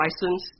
license